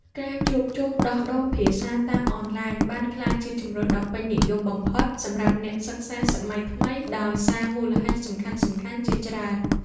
ការជួបជុំដោះដូរភាសាតាមអនឡាញ បានក្លាយជាជម្រើសដ៏ពេញនិយមបំផុតសម្រាប់អ្នកសិក្សាសម័យថ្មី ដោយសារមូលហេតុសំខាន់ៗជាច្រើន។